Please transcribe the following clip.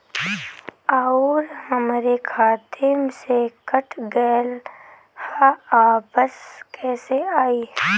आऊर हमरे खाते से कट गैल ह वापस कैसे आई?